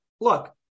look